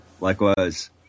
likewise